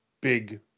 big